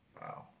Wow